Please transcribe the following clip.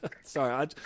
Sorry